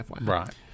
Right